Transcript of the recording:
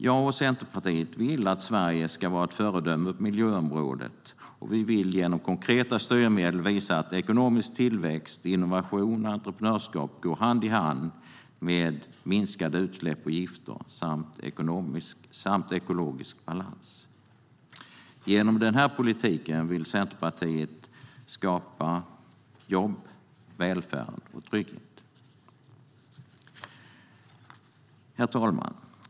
Jag och Centerpartiet vill att Sverige ska vara ett föredöme på miljöområdet, och vi vill genom konkreta styrmedel visa att ekonomisk tillväxt, innovation och entreprenörskap går hand i hand med minskade utsläpp och gifter samt ekologisk balans. Genom den politiken vill Centerpartiet skapa jobb, välfärd och trygghet. Herr talman!